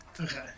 Okay